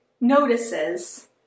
notices